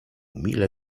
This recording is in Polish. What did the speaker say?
mile